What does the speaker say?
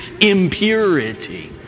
impurity